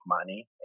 money